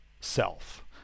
self